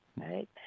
right